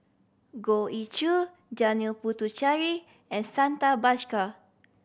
Goh Ee Choo Janil Puthucheary and Santha Bhaskar